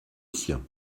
sien